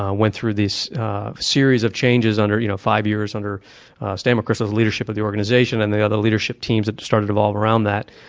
ah went through this series of changes under you know five years of stan mcchrystal's leadership of the organization and the other leadership teams that started evolve around that.